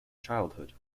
childhood